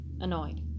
annoyed